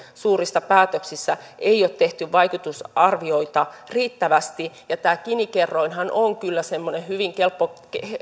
suurissa päätöksissä ei ole tehty vaikutusarvioita riittävästi tämä gini kerroinhan on kyllä semmoinen hyvin